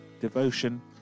devotion